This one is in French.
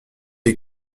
est